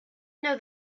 know